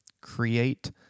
create